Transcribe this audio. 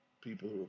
people